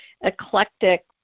eclectic